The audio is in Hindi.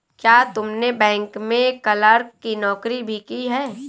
क्या तुमने बैंक में क्लर्क की नौकरी भी की है?